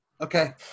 Okay